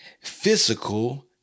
physical